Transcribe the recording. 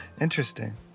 Interesting